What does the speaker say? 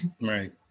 Right